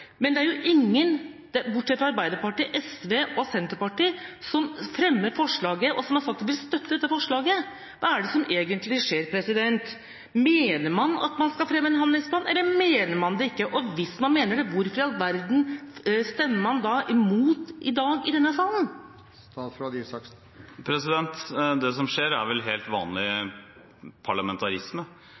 men det er ingen, bortsett fra Arbeiderpartiet, SV og Senterpartiet, som fremmer forslaget, og som har sagt at de vil støtte det. Hva er det som egentlig skjer? Mener man at man skal fremme en handlingsplan, eller mener man det ikke? Og hvis man mener det, hvorfor i all verden stemmer man da mot det i dag i denne salen? Det som skjer, er vel helt vanlig parlamentarisme,